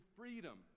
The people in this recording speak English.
freedom